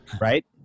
right